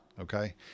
Okay